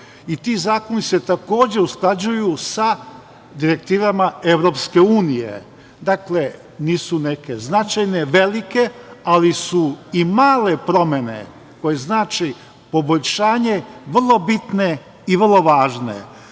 i ti zakoni se, takođe, usklađuju sa direktivama EU. Dakle, nisu neke značajne velike, ali su i male promene koje znače poboljšanje vrlo bitne i vrlo važne.